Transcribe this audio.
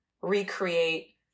recreate